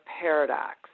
paradox